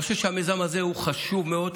אני חושב שהמיזם הזה הוא חשוב מאוד,